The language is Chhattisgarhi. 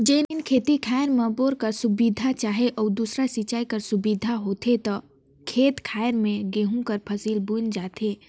जेन खेत खाएर में बोर कर सुबिधा चहे अउ दूसर सिंचई कर सुबिधा होथे ते खेत खाएर में गहूँ कर फसिल बुनल जाथे